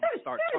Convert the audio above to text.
start